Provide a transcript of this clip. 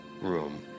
room